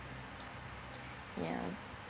ya